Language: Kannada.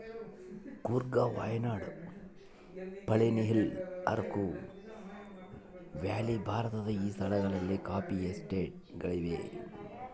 ಕೂರ್ಗ್ ವಾಯ್ನಾಡ್ ಪಳನಿಹಿಲ್ಲ್ಸ್ ಅರಕು ವ್ಯಾಲಿ ಭಾರತದ ಈ ಸ್ಥಳಗಳಲ್ಲಿ ಕಾಫಿ ಎಸ್ಟೇಟ್ ಗಳಿವೆ